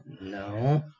No